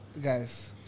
guys